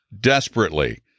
desperately